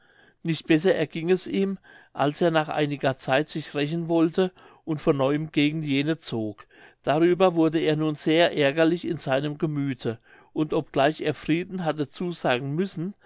nicht besser erging es ihm als er nach einiger zeit sich rächen wollte und von neuem gegen jene zog darüber wurde er nun sehr ärgerlich in seinem gemüthe und obgleich er frieden hatte zusagen müssen